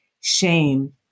shame